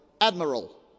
admiral